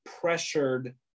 pressured